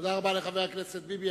תודה רבה לחבר הכנסת ביבי.